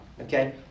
okay